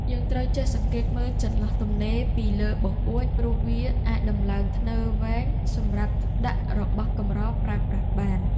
យើងត្រូវចេះសង្កេតមើលចន្លោះទំនេរពីលើបង្អួចព្រោះវាអាចដំឡើងធ្នើរវែងសម្រាប់ដាក់របស់កម្រប្រើប្រាស់បាន។